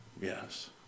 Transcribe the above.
Yes